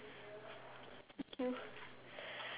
thank you